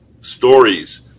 stories